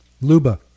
luba